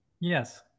Yes